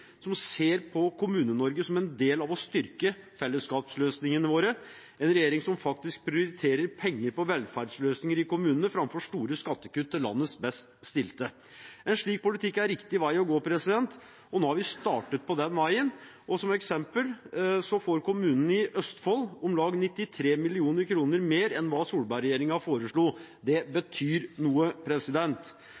som ser på Kommune-Norge som en del av det å styrke fellesskapsløsningene våre, en regjering som faktisk prioriterer penger til velferdsløsninger i kommunene framfor store skattekutt til landets best stilte. En slik politikk er riktig vei å gå, og nå har vi startet på den veien. Som eksempel får kommunene i Østfold om lag 93 mill. kr mer enn det Solberg-regjeringen foreslo. Det